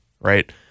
right